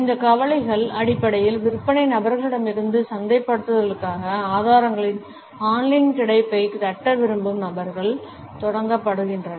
இந்த கவலைகள் அடிப்படையில் விற்பனை நபர்களிடமிருந்தே சந்தைப்படுத்துதலுக்கான ஆதாரங்களின் ஆன்லைன் கிடைப்பைத் தட்ட விரும்பும் நபர்கள் தொடங்கப்படுகின்றன